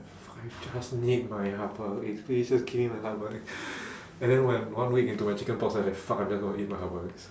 I just need my half boiled eggs please just give me my half boiled egg and then when one week into my chickenpox I fuck I'm just going to eat my half boiled eggs